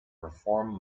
reform